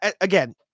again